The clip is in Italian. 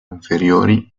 inferiori